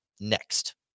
next